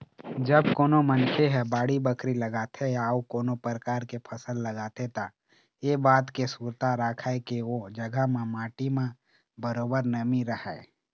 जब कोनो मनखे ह बाड़ी बखरी लगाथे या अउ कोनो परकार के फसल लगाथे त ऐ बात के सुरता राखय के ओ जघा म माटी म बरोबर नमी रहय